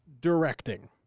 directing